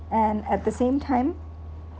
and at the same time